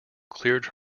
cleared